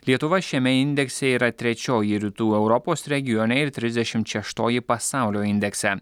lietuva šiame indekse yra trečioji rytų europos regione ir trisdešimt šeštoji pasaulio indekse